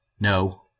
No